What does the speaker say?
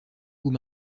coût